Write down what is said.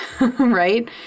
Right